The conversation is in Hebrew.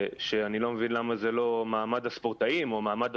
ואני לא מבין למה זה לא "מעמד הספורטאי והספורטאית",